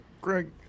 Greg